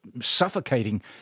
suffocating